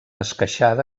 esqueixada